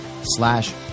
slash